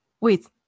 wait